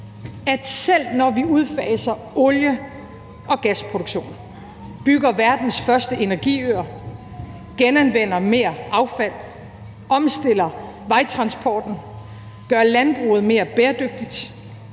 alt det her – udfaser gas- og olieproduktion, bygger verdens første energiøer, genanvender mere affald, omstiller vejtransporten, gør landbruget mere bæredygtigt,